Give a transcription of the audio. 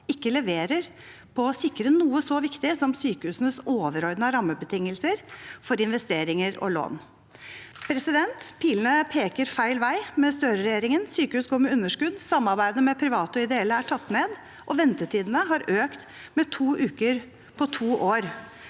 ikke leverer på å sikre noe så viktig som sykehusenes overordnede rammebetingelser for investeringer og lån. Pilene peker feil vei med Støre-regjeringen. Sykehus går med underskudd, samarbeidet med private og ideelle er tatt ned, og ventetidene er økt med to uker på to år.